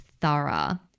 thorough